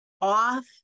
off